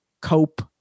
cope